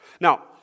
Now